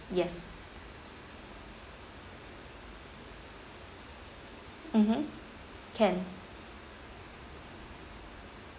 yes mmhmm can